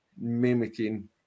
mimicking